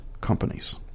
companies